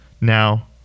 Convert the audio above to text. Now